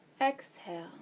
Exhale